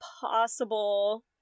possible